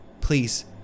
Please